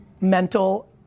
mental